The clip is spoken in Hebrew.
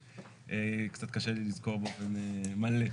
קצת קשה לי לזכור באופן מלא.